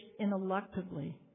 ineluctably